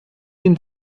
den